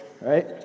right